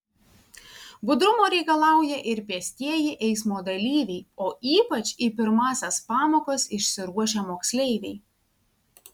budrumo reikalauja ir pėstieji eismo dalyviai o ypač į pirmąsias pamokas išsiruošę moksleiviai